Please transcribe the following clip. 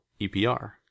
EPR